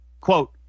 quote